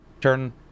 turn